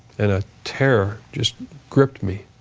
and a terror just gripped me.